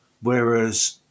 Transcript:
whereas